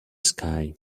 sky